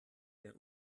der